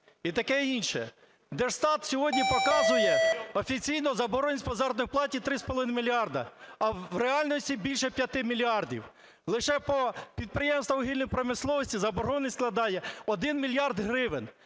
і таке інше. Держстат сьогодні показує офіційну заборгованість по заробітній платі 3,5 мільярда, а в реальності більше 5 мільярдів. Лише по підприємствах вугільної промисловості заборгованість складає 1 мільярд гривень.